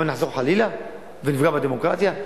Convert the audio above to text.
עוד פעם נחזור חלילה ונפגע בדמוקרטיה?